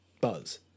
Buzz